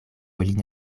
lin